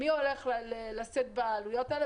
מי הולך לשאת בעלויות האלה?